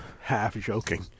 half-joking